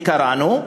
וקראנו,